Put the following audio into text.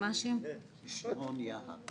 שמעון יהב.